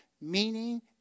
meaning